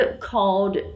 called